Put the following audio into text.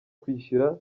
kwishyura